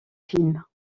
films